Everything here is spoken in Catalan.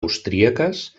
austríaques